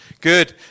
Good